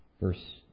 Verse